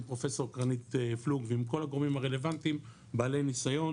הפרופ' קרנית פלוג ועם כל הגורמים הרלוונטיים בעלי ניסיון